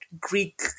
greek